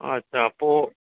अच्छा पोइ